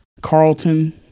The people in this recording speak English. Carlton